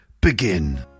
begin